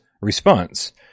response